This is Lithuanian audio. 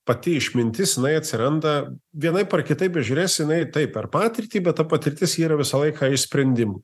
pati išmintis jinai atsiranda vienaip ar kitaip bežiūrėsi jinai taip per patirtį bet ta patirtis yra visą laiką iš sprendimų